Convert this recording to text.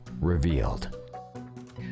revealed